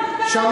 רק